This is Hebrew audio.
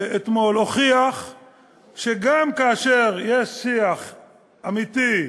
אתמול הוכיח שכאשר יש שיח אמיתי,